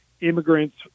immigrants